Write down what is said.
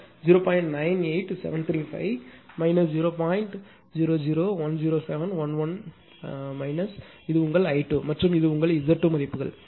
0010711 minus இது உங்கள் I2 மற்றும் இது உங்கள் Z2 மதிப்புகள்